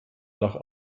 nach